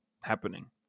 happening